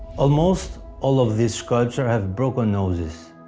almost all of these sculptures have broken noses.